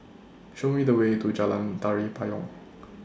Show Me The Way to Jalan Tari Payong